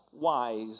wise